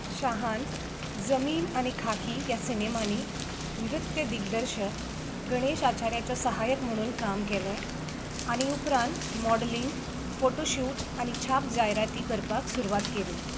शाहान जमीन आनी खाकी ह्या सिनेमांनी नृत्य दिग्दर्शक गणेश आचार्याचे सहाय्यक म्हणून काम केलें आनी उपरांत मॉडलिंग फोटो शूट आनी छाप जायराती करपाक सुरवात केली